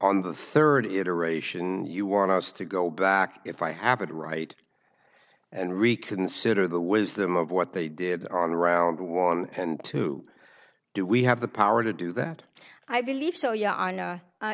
on the third iteration you want us to go back if i have it right and reconsider the wisdom of what they did on round one and two do we have the power to do that i believe so yeah i